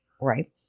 Right